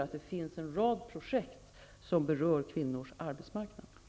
Det finns alltså en rad projekt som gäller arbetsmarknaden.